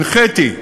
הנחיתי,